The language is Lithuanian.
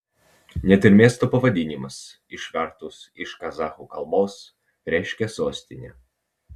net ir miesto pavadinimas išvertus iš kazachų kalbos reiškia sostinę